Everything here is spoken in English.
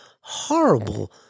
horrible